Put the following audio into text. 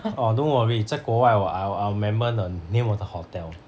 orh don't worry 在国外 I will I will remember the name of the hotel